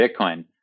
Bitcoin